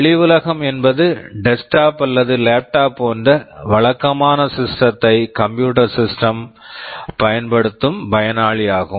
வெளி உலகம் என்பது டெஸ்க்டாப் desktop அல்லது லேப்டாப் laptop போன்ற வழக்கமான சிஸ்டம்ஸ் systems ஐ கம்ப்யூட்டர் சிஸ்டம் computer system மாக பயன்படுத்தும் பயனாளி ஆகும்